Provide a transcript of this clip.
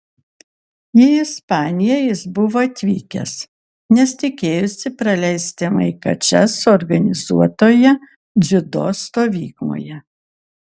į ispaniją jis buvo atvykęs nes tikėjosi praleisti laiką čia suorganizuotoje dziudo stovykloje